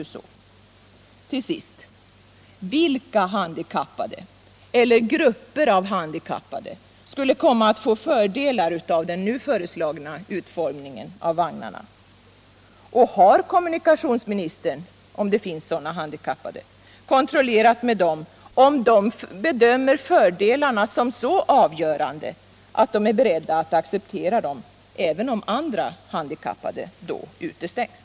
förbättra kollektiv Till sist: Vilka handikappade eller grupper av handikappade skulle komma att få fördelar av den nu föreslagna utformningen av vagnarna? Har kommunikationsministern, om det finns sådana handikappade, kontrollerat med dem om de bedömer fördelarna som så avgörande att de är beredda att acceptera vagnarna även om andra handikappade då utestängs?